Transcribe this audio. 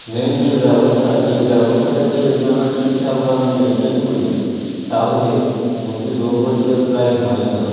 main যে ব্যবস্থা সেই ব্যবস্থাটাকে যদি আমরা ঠিকঠাকভাবে মেন্টেন করি তাহলে মুরগির রোগ প্রতিরোধ প্রায় হয়ই না